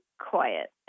quiet